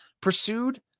Pursued